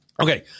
Okay